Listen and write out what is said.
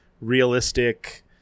realistic